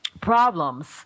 problems